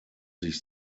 sich